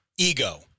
ego